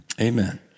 Amen